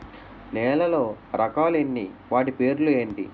నేలలో రకాలు ఎన్ని వాటి పేర్లు ఏంటి?